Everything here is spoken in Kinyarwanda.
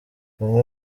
bamwe